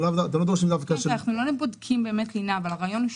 אנחנו לא באמת בודקים לינה אבל הרעיון הוא